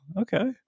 Okay